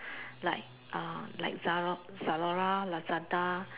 like uh like Zealot Zalora Lazada